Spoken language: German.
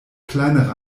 kleinere